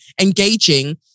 engaging